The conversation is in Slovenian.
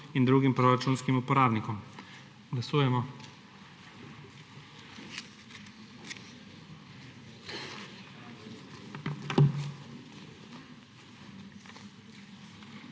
in drugim proračunskim uporabnikom. Glasujemo.